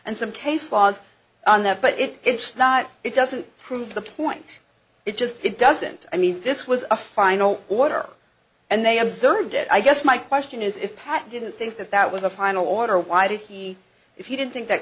and some case laws on that but it it's not it doesn't prove the point it just it doesn't i mean this was a final order and they observed it i guess my question is if pat didn't think that that was a final order why did he if he didn't think that